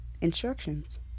instructions